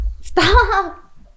Stop